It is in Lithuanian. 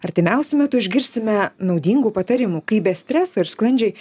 artimiausiu metu išgirsime naudingų patarimų kaip be streso ir sklandžiai